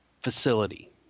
facility